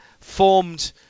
formed